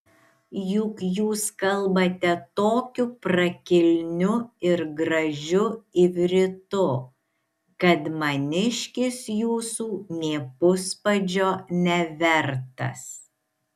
juk jūs kalbate tokiu prakilniu ir gražiu ivritu kad maniškis jūsų nė puspadžio nevertas